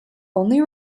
only